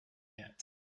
yet